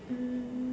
um